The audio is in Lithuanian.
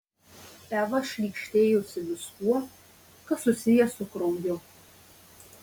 eva šlykštėjosi viskuo kas susiję su krauju